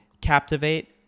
captivate